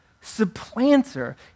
supplanter